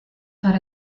got